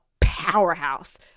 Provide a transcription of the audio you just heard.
powerhouse